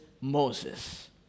Moses